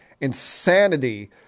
insanity